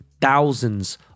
thousands